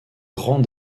grand